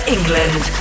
England